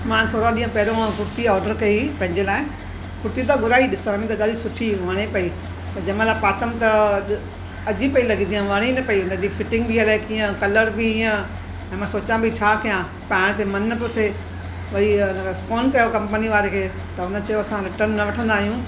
मां थोरा ॾींहं पहिरियों कुर्ती ऑडर कई पंहिंजे लाइ कुर्ती त घुराइ ॾिसण में त ॾाढी सुठी हुई वणे पई पर जंहिं महिल पातमि त अजीबु पई लॻे जीअं वणे ई न पई हुनजी फिटिंग बि अलाए कीअं कलर बि हीअं हाणे मां सोचा पई छा कयां पर हाणे त मनु न पियो थे वरी हिनमें फोन कयो कंपनी वारे खे त उनि चयो असां रिटन न वठंदा आहियूं